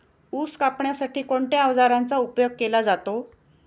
ऊस कापण्यासाठी कोणत्या अवजारांचा उपयोग केला जातो?